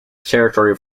territory